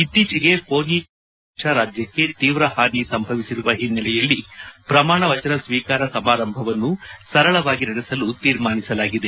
ಇತ್ತೀಚೆಗೆ ಫೋನಿ ಚಂಡಮಾರುತದಿಂದ ಒಡಿಶಾ ರಾಜ್ಯಕ್ಕೆ ತೀವ್ರ ಪಾನಿ ಸಂಭವಿಸಿರುವ ಹಿನ್ನೆಲೆಯಲ್ಲಿ ಪ್ರಮಾಣ ವಚನ ಸ್ವೀಕಾರ ಸಮಾರಂಭವನ್ನು ಸರಳವಾಗಿ ನಡೆಸಲು ತೀರ್ಮಾನಿಸಲಾಗಿದೆ